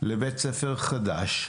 7,000,000,000 לבית ספר חדש,